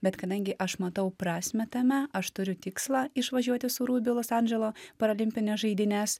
bet kadangi aš matau prasmę tame aš turiu tikslą išvažiuoti su rubi į los andželo paralimpines žaidynes